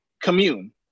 commune